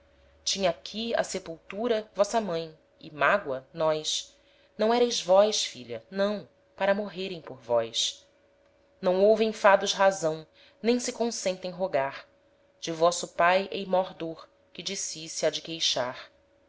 tinha aqui a sepultura vossa mãe e mágoa nós não ereis vós filha não para morrerem por vós não ouvem fados razão nem se consentem rogar de vosso pae hei mór dó que de si se ha de queixar